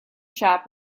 shop